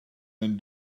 when